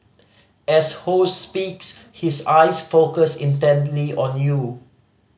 as Ho speaks his eyes focus intently on you